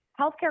Healthcare